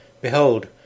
Behold